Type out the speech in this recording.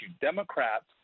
Democrats